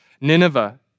Nineveh